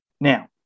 now